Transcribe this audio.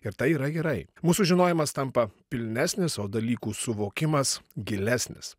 ir tai yra gerai mūsų žinojimas tampa pilnesnis o dalykų suvokimas gilesnis